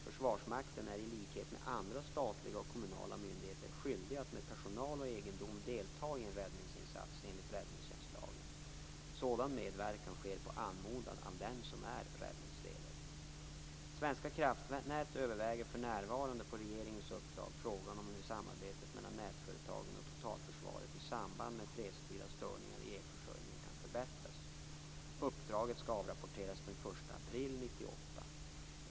Försvarsmakten är i likhet med andra statliga eller kommunala myndigheter skyldig att med personal och egendom delta i en räddningsinsats enligt räddningstjänstlagen. Sådan medverkan sker på anmodan av den som är räddningsledare. Svenska kraftnät överväger för närvarande på regeringens uppdrag frågan hur samarbetet mellan nätföretagen och totalförsvaret i samband med fredstida störningar i elförsörjningen kan förbättras. Uppdraget skall avrapporteras den 1 april 1998.